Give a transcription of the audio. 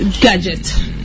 gadget